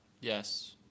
Yes